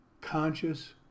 conscious